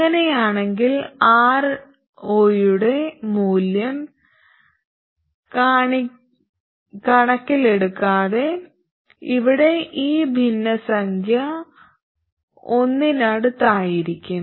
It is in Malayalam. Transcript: അങ്ങനെയാണെങ്കിൽ Ro യുടെ മൂല്യം കണക്കിലെടുക്കാതെ ഇവിടെ ഈ ഭിന്നസംഖ്യ ഒന്നിനടുത്തായിരിക്കും